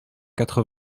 quatre